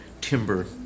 timber